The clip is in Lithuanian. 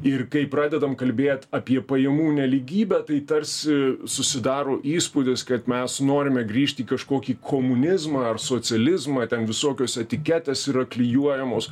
ir kai pradedam kalbėt apie pajamų nelygybę tai tarsi susidaro įspūdis kad mes norime grįžti į kažkokį komunizmą ar socializmą ten visokios etiketės yra klijuojamos